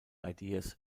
ideas